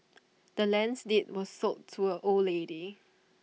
the land's deed was sold to A old lady